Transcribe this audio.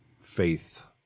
faith